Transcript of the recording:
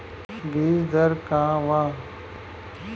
बीज दर का वा?